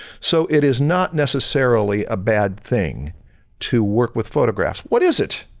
so, it is not necessarily a bad thing to work with photographs. what is it?